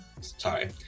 Sorry